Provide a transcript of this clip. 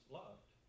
loved